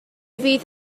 fydd